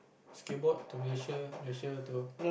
skateboard to Malaysia Malaysia to